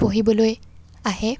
পঢ়িবলৈ আহে